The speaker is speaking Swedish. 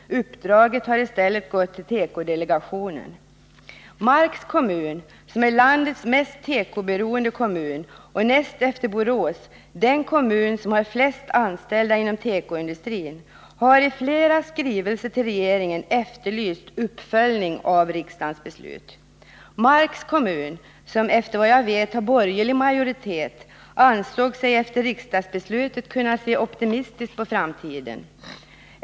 Uppdraget har i stället gått till tekodelegationen. Marks kommun, som är landets mest tekoberoende kommun och näst efter Borås den kommun som har flest anställda inom tekoindustrin, har i flera skrivelser till regeringen efterlyst uppföljning av riksdagens beslut. Marks kommun som, såvitt jag vet, har borgerlig majoritet ansåg sig efter riksdagsbeslutet kunna se optimistiskt på framtiden.